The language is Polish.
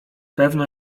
pewno